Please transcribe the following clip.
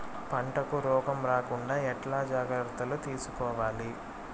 పంటకు రోగం రాకుండా ఎట్లా జాగ్రత్తలు తీసుకోవాలి?